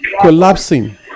collapsing